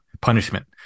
punishment